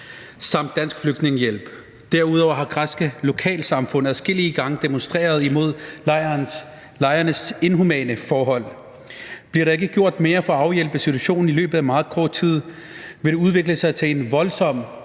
samt Dansk Flygtningehjælp. Derudover har græske lokalsamfund adskillige gange demonstreret imod lejrenes inhumane forhold. Bliver der ikke gjort mere for at afhjælpe situationen i løbet af meget kort tid, vil det udvikle sig til en voldsom,